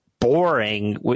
boring